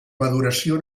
maduració